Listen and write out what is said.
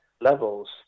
levels